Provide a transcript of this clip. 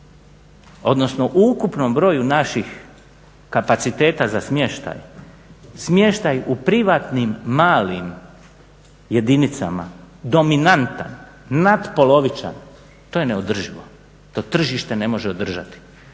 odnosno o ukupnom broju naših kapaciteta za smještaj, smještaj u privatnim malim jedinicama dominantan, natpolovičan to je neodrživo, to tržište ne može održati.